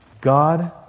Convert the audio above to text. God